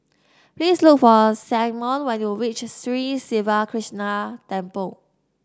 please look for Symone when you reach Sri Siva Krishna Temple